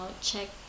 check